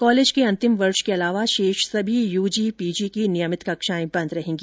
college के अंतिम वर्ष के अलावा शेष सभी यूजी पीजी की नियमित कक्षाएं बंद रहेगी